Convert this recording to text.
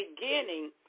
beginning